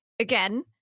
Again